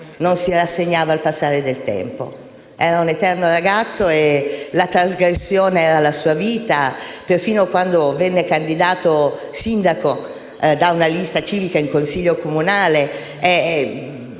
Non si rassegnava al passare del tempo. Era un eterno ragazzo e la trasgressione era la sua vita. Persino quando venne candidato sindaco da una lista civica in un Consiglio comunale,